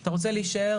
אתה רוצה להישאר,